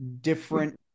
different